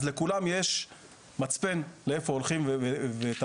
אז לכולם יש מצפן לאיזה הולכים ותאריכים.